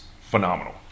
phenomenal